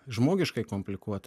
žmogiškai komplikuota